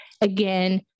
Again